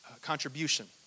contribution